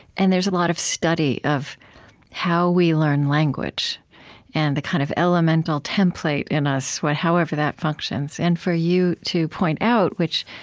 and there's a lot of study of how we learn language and the kind of elemental template in us, however that functions. and for you to point out which